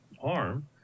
Harm